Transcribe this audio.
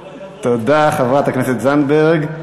תודה, חברת הכנסת זנדברג.